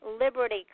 Liberty